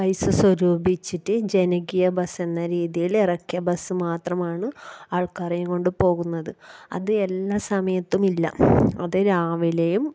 പൈസ സ്വരൂപിച്ചിട്ട് ജനകീയ ബസ്സെന്ന രീതിയിൽ ഇറക്കിയ ബസ്സ് മാത്രമാണ് ആൾക്കാരെയും കൊണ്ട് പോകുന്നത് അത് എല്ലാ സമയത്തുമില്ല അത് രാവിലെയും